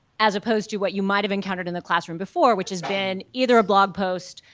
as opposed to what you might have encountered in the classroom before, which has been either a blog post,